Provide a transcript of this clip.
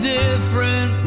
different